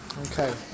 Okay